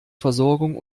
versorgung